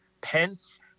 pence